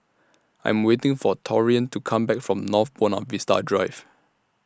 I Am waiting For Taurean to Come Back from North Buona Vista Drive